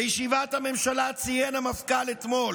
בישיבת הממשלה ציין המפכ"ל אתמול